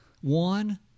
One